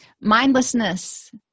Mindlessness